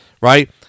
right